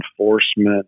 enforcement